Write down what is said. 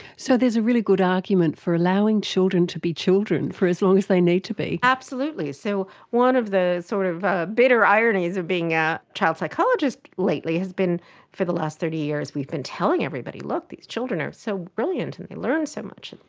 so there's a really good argument for allowing children to be children for as long as they need to be. absolutely. so one of the sort of ah bitter ironies of being a child psychologist lately has been for the last thirty years we've been telling everybody, look, these children are so brilliant and they learn so much,